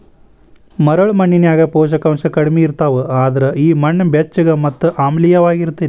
ಮರಳ ಮಣ್ಣಿನ್ಯಾಗ ಪೋಷಕಾಂಶ ಕಡಿಮಿ ಇರ್ತಾವ, ಅದ್ರ ಈ ಮಣ್ಣ ಬೆಚ್ಚಗ ಮತ್ತ ಆಮ್ಲಿಯವಾಗಿರತೇತಿ